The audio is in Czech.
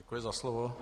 Děkuji za slovo.